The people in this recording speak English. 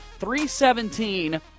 317